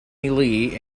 lee